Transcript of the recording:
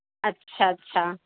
अच्छा अच्छा